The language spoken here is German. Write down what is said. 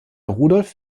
rudolf